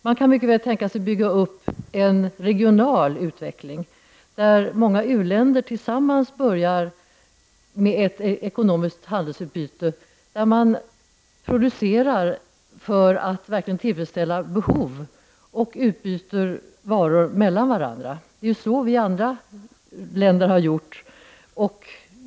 Man kan mycket väl tänka sig att bygga upp en regional utveckling där många u-länder tillsammans börjar med ett ekonomiskt handelsutbyte, där man producerar för att verkligen tillfredsställa behov och där man utbyter varor mellan varandra. Det är så vi andra länder har gjort.